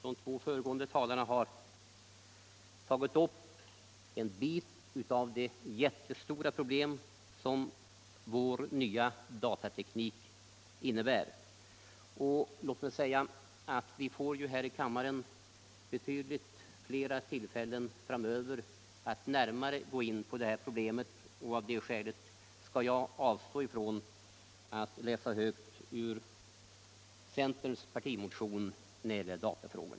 De två föregående talarna har tagit upp en bit av det jättelika problem som vår nya datateknik för med sig. Vi får här i kammaren flera tillfällen framöver att närmare gå in på datafrågorna och av det skälet skall jag avstå från att läsa högt ur centerns partimotion i ämnet.